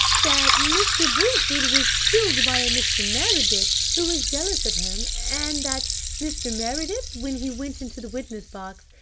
that mr. bulford was killed by a mr. meredith, who was jealous of him, and that mr. meredith, when he went into the witness-box,